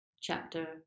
chapter